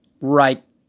right